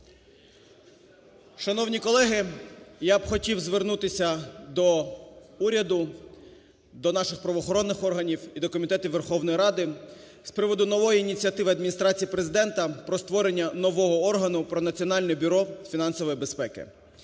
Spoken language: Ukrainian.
Шановні колеги, я б хотів звернутися до уряду, до наших правоохоронних органів і до комітетів Верховної Ради з приводу нової ініціативи Адміністрації Президента про створення нового органу: про Національне бюро фінансової безпеки.